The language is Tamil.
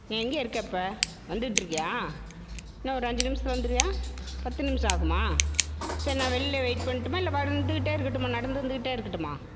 நீ எங்கே இருக்கற இப்போ வந்துட்டுருக்கியா இன்னும் ஒரு அஞ்சு நிமிஷத்தில் வந்துருவியா பத்து நிமிஷம் ஆகுமா சரி நான் வெளில வெயிட் பண்ணட்டுமா இல்லை வந்துகிட்டே இருக்கட்டுமா நடந்து வந்துகிட்டே இருக்கட்டுமா